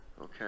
okay